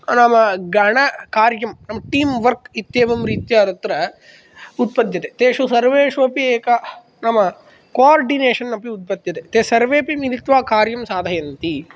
नाम गणकार्यं नाम टीम्वर्क् इत्येवं रीत्या तत्र उत्पद्यते तेषु सर्वेष्वपि एक नाम कोर्डिनेशन् अपि उत्पद्यते ते सर्वेऽपि मिलित्वा कार्यं साधयन्ति